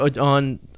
On